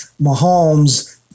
Mahomes